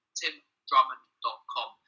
timdrummond.com